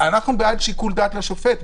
אנחנו בעד שיקול דעת לשופט,